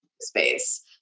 space